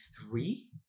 three